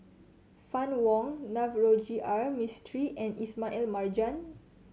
Fann Wong Navroji R Mistri and Ismail Marjan